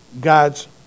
God's